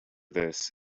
this